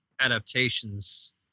adaptations